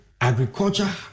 agriculture